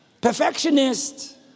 perfectionist